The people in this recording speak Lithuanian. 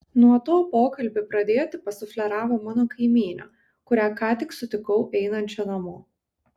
nuo to pokalbį pradėti pasufleravo mano kaimynė kurią ką tik sutikau einančią namo